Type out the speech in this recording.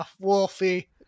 Wolfie